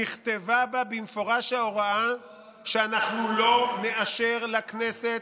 נכתבה בה במפורש ההוראה שאנחנו לא נאשר לכנסת,